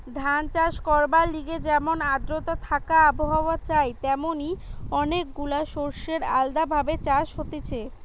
ধান চাষ করবার লিগে যেমন আদ্রতা থাকা আবহাওয়া চাই তেমনি অনেক গুলা শস্যের আলদা ভাবে চাষ হতিছে